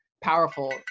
powerful